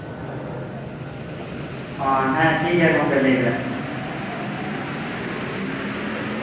ᱚ ᱦᱮᱸ ᱴᱷᱤᱠᱜᱮᱭᱟ ᱜᱚᱝᱠᱮ ᱞᱟᱹᱭ ᱵᱮᱱ